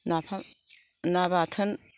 नाफाम ना बाथोन